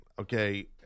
Okay